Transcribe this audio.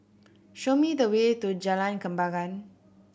show me the way to Jalan Kembangan